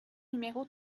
numéro